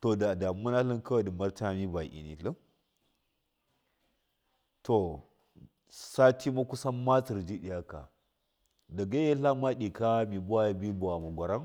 to, to damuwa nahin ndɨ marta vama mi biki nitlin to satima kusan matsir ji ika nakaka dagai miya tlama ika mi vawama gwaram.